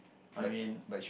I mean